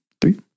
three